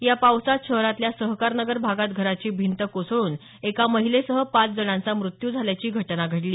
या पावसात शहरातल्या सहकार नगर भागात घराची भिंत कोसळून एका महिलेसह पाच जणांचा मृत्यू झाल्याची घटना घडली